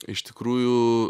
iš tikrųjų